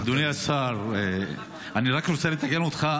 אדוני השר, אני רק רוצה לתקן אותך.